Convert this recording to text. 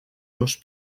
dos